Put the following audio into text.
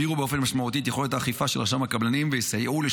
מודה לשר ביטון.